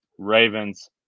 Ravens